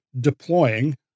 deploying